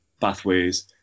pathways